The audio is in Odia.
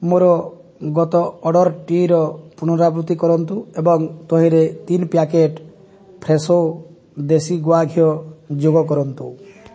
ମୋର ଗତ ଅର୍ଡ଼ରଟିର ପୁନରାବୃତ୍ତି କରନ୍ତୁ ଏବଂ ତହିଁରେ ତିନି ପ୍ୟାକେଟ୍ ଫ୍ରେଶୋ ଦେଶୀ ଗୁଆ ଘିଅ ଯୋଗ କରନ୍ତୁ